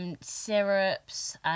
syrups